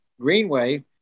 greenway